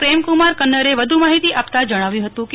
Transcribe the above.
પ્રેમકુમાર કન્નર વધુ માહિતી આપતાં જણાવ્યું હતું કે